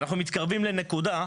אנחנו מתקרבים לנקודה,